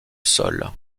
sol